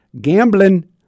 Gambling